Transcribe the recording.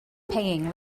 paying